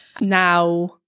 Now